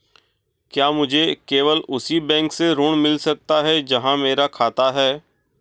क्या मुझे केवल उसी बैंक से ऋण मिल सकता है जहां मेरा खाता है?